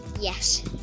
Yes